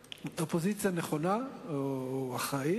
את החירות מבטיחה הדמוקרטיה, זו חירות לכולנו,